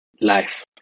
life